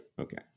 okay